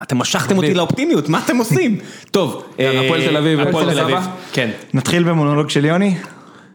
אתם משכתם אותי לאופטימיות, מה אתם עושים? טוב, הפועל תל אביב - הפועל כפר סבא. נתחיל במונולוג של יוני.